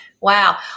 wow